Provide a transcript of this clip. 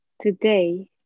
today